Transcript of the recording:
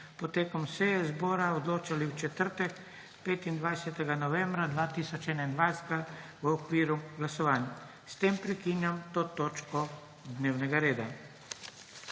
potekom seje zbora odločali v četrtek, 25. novembra 2021, v okviru glasovanj. S tem prekinjam to točko dnevnega reda.